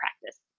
practice